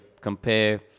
compare